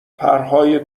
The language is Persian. پرهای